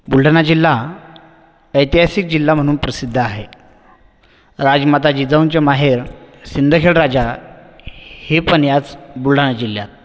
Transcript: बुलढाणा जिल्हा ऐतिहासिक जिल्हा म्हणून प्रसिद्ध आहे राजमाता जिजाऊंचं माहेर सिंदखेड राजा हे पण याच बुलढाणा जिल्ह्यात